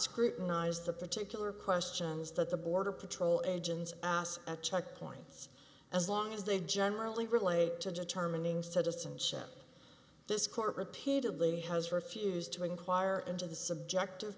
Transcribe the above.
scrutinize the particular questions that the border patrol agents asked at checkpoints as long as they generally relate to determining citizen ship this court repeatedly has refused to inquire into the subject of